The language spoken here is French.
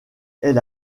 elle